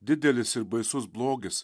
didelis ir baisus blogis